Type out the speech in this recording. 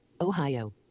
Ohio